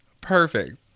perfect